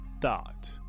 thought